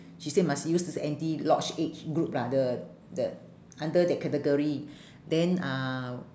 she said must use this anti lock age group lah the the under the category then ah